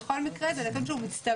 בכל מקרה זה נתון שהוא מצטבר,